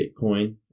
Bitcoin